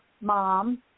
mom